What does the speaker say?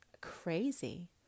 crazy